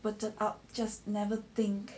blurted out just never think